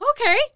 okay